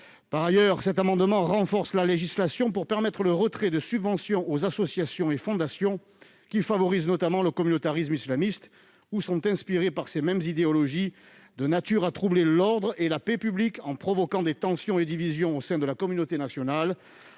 Par ailleurs, cet amendement tend à renforcer la législation afin d'autoriser le retrait de subventions aux associations et aux fondations qui favorisent notamment le communautarisme islamiste ou qui sont inspirées par des idéologies de nature à troubler l'ordre et la paix publics en provoquant des tensions et divisions au sein de la communauté nationale,